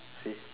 okay